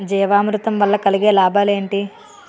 జీవామృతం వల్ల కలిగే లాభాలు ఏంటి?